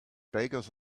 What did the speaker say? bakers